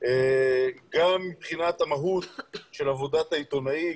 גם מבחינת המהות של עבודת העיתונאי,